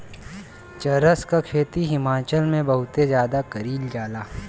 चरस क खेती हिमाचल में बहुते जादा कइल जाला